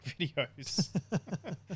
videos